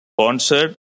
sponsored